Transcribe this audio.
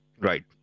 Right